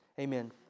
Amen